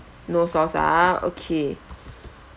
no sauce ah okay